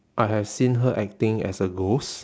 I have seen her acting as a ghost